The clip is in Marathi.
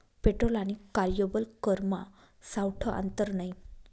पेट्रोल आणि कार्यबल करमा सावठं आंतर नै